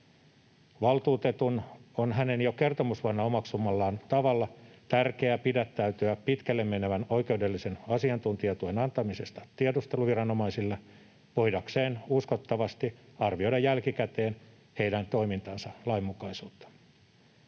Valtuutetun on hänen jo kertomusvuonna omaksumallaan tavalla tärkeää pidättäytyä pitkälle menevän oikeudellisen asiantuntijatuen antamisesta tiedusteluviranomaisille voidakseen uskottavasti arvioida jälkikäteen heidän toimintansa lainmukaisuutta.